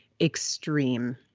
extreme